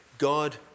God